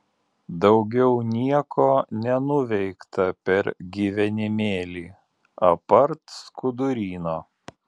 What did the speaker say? daugiau nieko nenuveikta per gyvenimėlį apart skuduryno